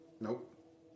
Nope